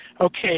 Okay